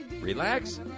relax